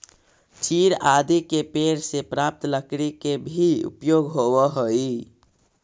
चीड़ आदि के पेड़ से प्राप्त लकड़ी के भी उपयोग होवऽ हई